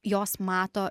jos mato